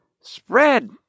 spread